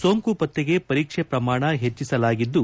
ಸೋಂಕು ಪತ್ತೆಗೆ ಪರೀಕ್ಷೆ ಪ್ರಮಾಣ ಹೆಚ್ಚಿಸಲಾಗಿದ್ದು